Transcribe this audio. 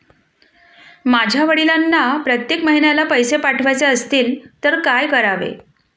माझ्या वडिलांना प्रत्येक महिन्याला पैसे पाठवायचे असतील तर काय करावे?